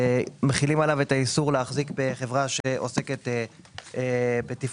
מחילים עליו את האיסור להחזיק בחברה שעוסקת בתפעול